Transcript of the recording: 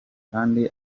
kandi